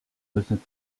müssen